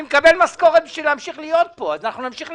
אני מקבל משכורת בשביל להמשיך להיות פה אז נמשיך ,